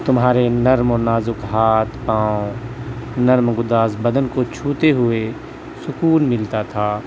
تمہارے نرم و نازک ہاتھ پاؤں نرم گوداز بدن کو چھوتے ہوئے سکون ملتا تھا